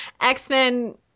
X-Men